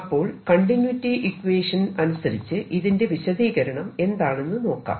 അപ്പോൾ continuity equation അനുസരിച്ച് ഇതിന്റെ വിശദീകരണം എന്താണെന്ന് നോക്കാം